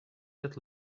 that